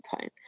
time